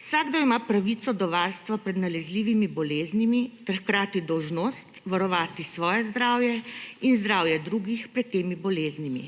Vsakdo ima pravico do varstva pred nalezljivimi boleznimi ter hkrati dolžnost varovati svoje zdravje in zdravje drugih pred temi boleznimi.